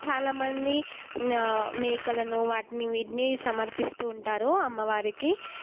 చాలా మంది మేకలను వాటిని వీటిని సమర్పిస్తూ ఉంటారు అమ్మవారికి